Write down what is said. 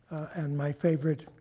and my favorite